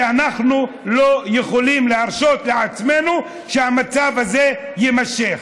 כי אנחנו לא יכולים להרשות לעצמנו שהמצב הזה יימשך.